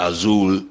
Azul